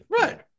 Right